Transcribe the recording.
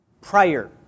prior